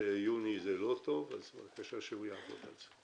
שיוני זה לא טוב, בבקשה, שהוא יהפוך את זה.